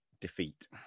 defeat